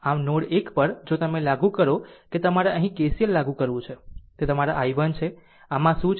આમ નોડ 1 પર જો તમે લાગુ કરો કે તમારે અહીં KCL લાગુ કરવો તે તમારા i1 છે આ માં શું છે